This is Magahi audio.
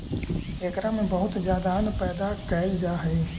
एकरा में बहुत ज्यादा अन्न पैदा कैल जा हइ